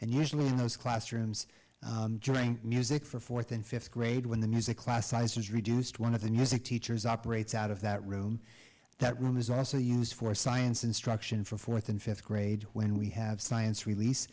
and usually in those classrooms drink music for fourth and fifth grade when the music class size is reduced one of the music teachers operates out of that room that room is also used for science instruction for fourth and fifth grade when we have science release